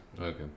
Okay